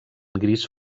gris